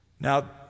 Now